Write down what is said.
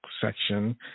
section